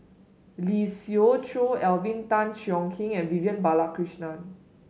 Lee Siew Choh Alvin Tan Cheong Kheng and Vivian Balakrishnan